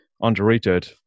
underrated